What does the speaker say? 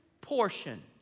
portion